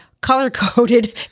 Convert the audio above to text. color-coded